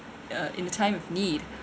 uh in the time of need